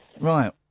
Right